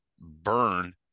burn